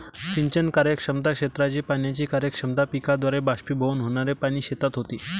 सिंचन कार्यक्षमता, क्षेत्राची पाण्याची कार्यक्षमता, पिकाद्वारे बाष्पीभवन होणारे पाणी शेतात होते